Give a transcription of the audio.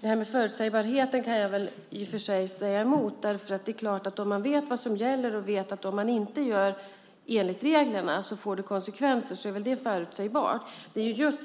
Vad gäller förutsägbarheten vill jag invända mot det som sagts. Om man vet vad som gäller vet man också att det får konsekvenser ifall man inte följer reglerna. Och det är förutsägbart. Det är just